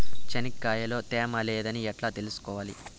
చెనక్కాయ లో తేమ లేదని ఎట్లా తెలుసుకోవాలి?